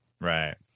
right